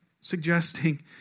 suggesting